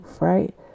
right